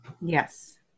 Yes